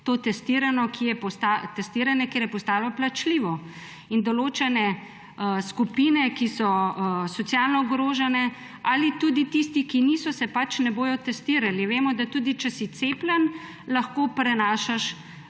to testiranje, ker je postalo plačljivo. Določene skupine, ki so socialno ogrožene, ali tudi tisti, ki niso, se pač ne bodo testirali. Vemo, da tudi če si cepljen, lahko prenašaš